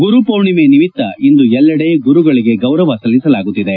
ಗುರು ಪೂರ್ಣಿಮೆ ನಿಮಿತ್ತ ಇಂದು ಎಲ್ಲೆಡೆ ಗುರುಗಳಿಗೆ ಗೌರವ ಸಲ್ಲಿಸಲಾಗುತ್ತಿದೆ